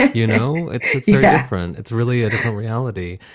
you know, it's different. it's really a different reality